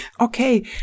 Okay